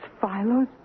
Philo's